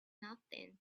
nothing